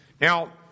Now